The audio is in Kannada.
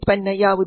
ಉತ್ಪನ್ನ ಯಾವುದು